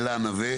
אלה נווה